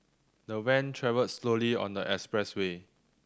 the van travelled slowly on the expressway